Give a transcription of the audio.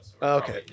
Okay